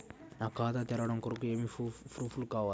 ఖాతా తెరవడం కొరకు ఏమి ప్రూఫ్లు కావాలి?